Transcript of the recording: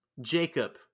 Jacob